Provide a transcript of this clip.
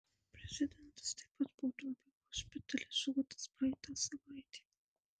prezidentas taip pat buvo trumpai hospitalizuotas praeitą savaitę